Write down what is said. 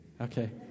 Okay